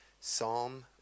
Psalm